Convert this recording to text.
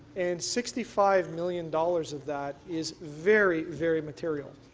and sixty five million dollars of that is very, very material.